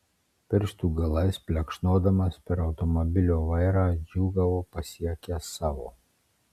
pirštų galais plekšnodamas per automobilio vairą džiūgavo pasiekęs savo